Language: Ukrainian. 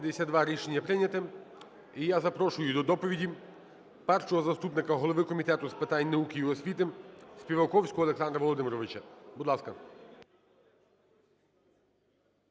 Рішення прийнято. І я запрошую до доповіді першого заступника голови Комітету з питань науки і освіти Співаковського Олександра Володимировича. Будь ласка.